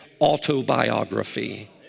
autobiography